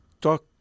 Talk